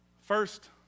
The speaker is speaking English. First